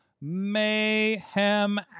Mayhem